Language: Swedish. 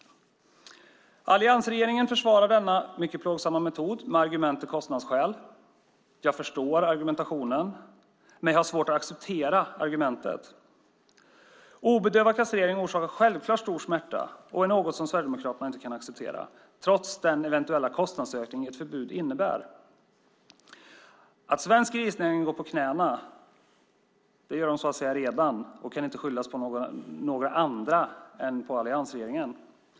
Alliansregeringen försvarar denna mycket plågsamma metod med argument och kostnadsskäl. Jag förstår argumentationen, men jag har svårt att acceptera argumentet. Obedövad kastrering orsakar självklart stor smärta och är något som Sverigedemokraterna inte kan acceptera, trots den eventuella kostnadsökning som ett förbud innebär. Svensk grisnäring går redan på knäna, och det kan inte skyllas på några andra än på alliansregeringen.